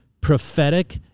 prophetic